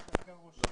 היית סגן ראש-עיר,